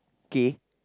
K